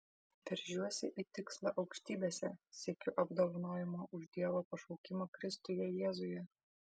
veržiuosi į tikslą aukštybėse siekiu apdovanojimo už dievo pašaukimą kristuje jėzuje